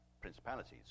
principalities